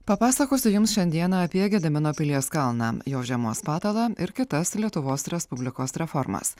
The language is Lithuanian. papasakosiu jums šiandieną apie gedimino pilies kalną jo žiemos patalą ir kitas lietuvos respublikos reformas